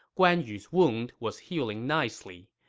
guan yu's wound was healing nicely.